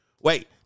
wait